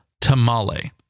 tamale